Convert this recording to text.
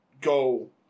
go